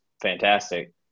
fantastic